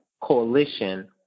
Coalition